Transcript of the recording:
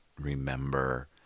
remember